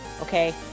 Okay